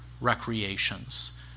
recreations